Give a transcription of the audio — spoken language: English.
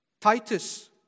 Titus